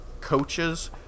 coaches